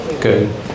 Good